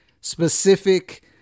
specific